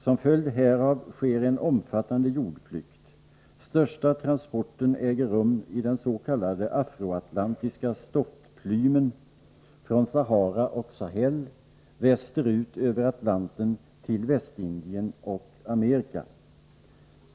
Som följd härav sker en omfattande jordflykt. Största transporten äger rum i den s.k. afro-atlantiska stoftplymen från Sahara och Sahel västerut över Atlanten till Västindien och Amerika.